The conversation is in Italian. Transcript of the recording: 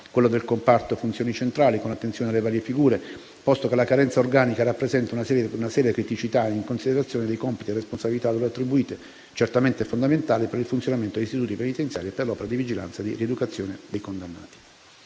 quello del comparto funzioni centrali, con attenzione alle varie figure, posto che la carenza organica rappresenta una seria criticità in considerazione dei compiti e delle responsabilità loro attribuite, certamente fondamentali per il funzionamento degli istituti penitenziari e per l'opera di vigilanza e rieducazione dei condannati.